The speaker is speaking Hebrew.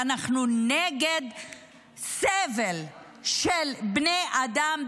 ואנחנו נגד סבל של בני אדם,